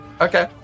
Okay